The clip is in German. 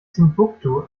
timbuktu